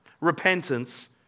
Repentance